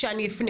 אלא כשאני אפנה.